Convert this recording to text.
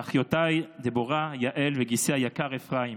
לאחיותיי דבורה ויעל ולגיסי היקר אפרים,